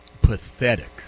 pathetic